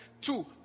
Two